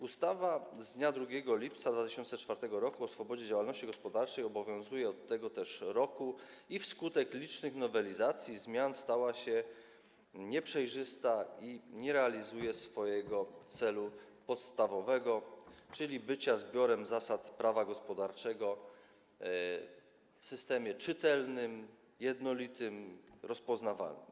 Ustawa z dnia 2 lipca 2004 r. o swobodzie działalności gospodarczej obowiązuje od tego też roku i wskutek licznych nowelizacji, zmian stała się nieprzejrzysta i nie realizuje swojego celu podstawowego, czyli bycia zbiorem zasad prawa gospodarczego w systemie czytelnym, jednolitym, rozpoznawalnym.